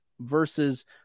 versus